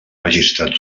magistrat